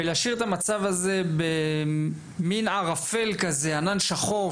אתם משאירים את המצב הזה במן ערפל כזה, בענן שחור.